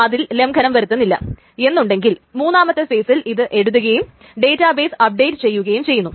അതിൽ ലംഘനം വരുത്തുന്നില്ല എന്നുണ്ടെങ്കിൽ മൂന്നാമത്തെ ഫേസിൽ ഇത് എഴുതുകയും ഡേറ്റാബേസ് അപ്ഡേറ്റ് ചെയ്യുകയും ചെയ്യുന്നു